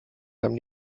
haben